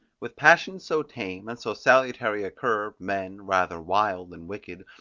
with passions so tame, and so salutary a curb, men, rather wild than wicked,